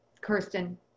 Kirsten